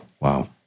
Wow